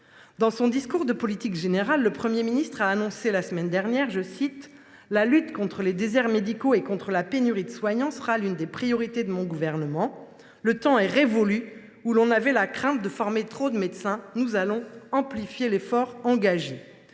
Dans son discours de politique générale, le Premier ministre a annoncé la semaine dernière que « la lutte contre les déserts médicaux et contre la pénurie de soignants sera[it] l’une des priorités de [s]on gouvernement. Le temps est révolu, a t il poursuivi, où l’on avait la crainte de former trop de médecins. Nous allons amplifier l’effort engagé. »